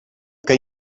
que